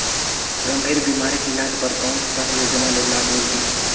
गंभीर बीमारी के इलाज बर कौन सा योजना ले लाभ मिलही?